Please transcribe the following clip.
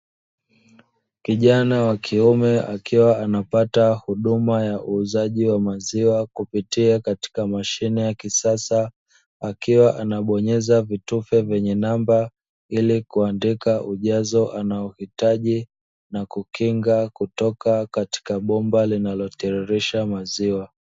Kijana wakiume akiwa anapata huduma ya uuzaji wa maziwa kupitia katika mashine ya kisasa, akiwa anabonyeza vitufe vyenye namba ili kuandika ujazo anahohitaji na kukinga kutoka katika bomba linalotiririsha maziwa.